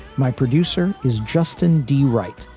my producer is justin d, right.